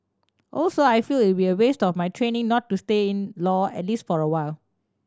also I feel it'd be a waste of my training not to stay in law at least for a while